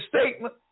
statement